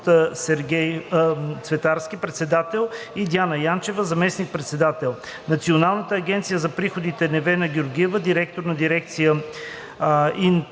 Сергей Цветарски – председател, и Диана Янчева – заместник-председател; Националната агенция за приходите – Невена Георгиева – директор на дирекция „Интрастат“;